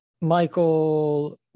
michael